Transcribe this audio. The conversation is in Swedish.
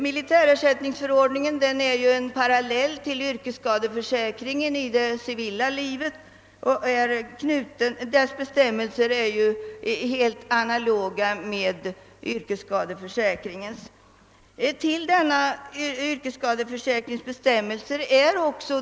Militärersättningsförordningen är ju en parallell till bestämmelserna om yrkesskadeförsäkring i det civila livet.